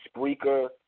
speaker